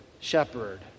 shepherd